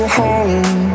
home